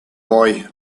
boy